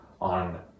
on